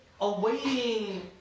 awaiting